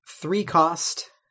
three-cost